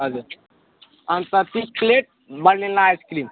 हजुर अन्त तिस प्लेट भनिला आइसक्रिम